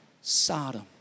Sodom